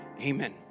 Amen